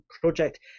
project